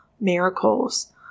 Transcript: miracles